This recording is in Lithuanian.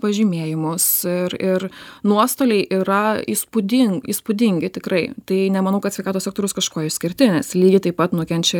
pažymėjimus ir ir nuostoliai yra įspūdin įspūdingi tikrai tai nemanau kad sveikatos sektorius kažkuo išskirtinis lygiai taip pat nukenčia